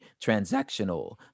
transactional